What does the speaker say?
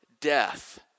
death